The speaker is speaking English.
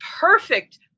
perfect